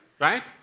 Right